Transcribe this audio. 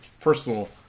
personal